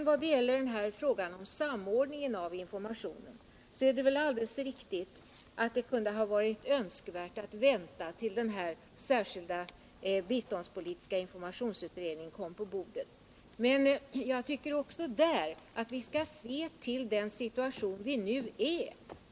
Vad gäller samordning och information är det alldeles riktigt att det kunde ha varit önskvärt att vänta tills den särskilda biståndspolitiska informationsutredningen kom på bordet. Men jag tycker också i det sammanhanget att vi skall se till den situation som vi nu är i.